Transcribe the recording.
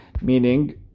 Meaning